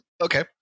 Okay